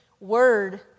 word